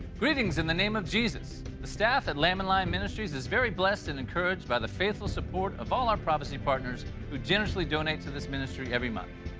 greetings in the name of jesus. the staff at lamb and lion ministries is very blessed and encouraged by the faithful support of all our prophecy partners who generously donate to this ministry every month.